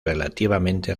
relativamente